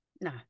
No